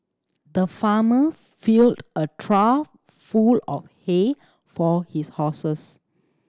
the farmer filled a trough full of hay for his horses